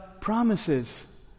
promises